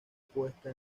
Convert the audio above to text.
puesta